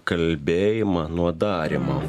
kalbėjimą nuo darymo